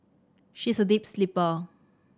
she is a deep sleeper